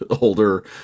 older